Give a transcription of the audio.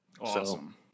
Awesome